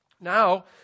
Now